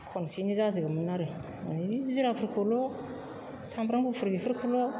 खनसेयैनो जाजोबोमोन आरो माने बे जिराफोरखौल' सामब्राम गुफुर बेफोरखौल'